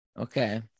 Okay